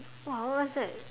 wane what's that